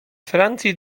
francji